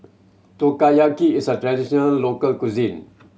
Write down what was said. Takoyaki is a traditional local cuisine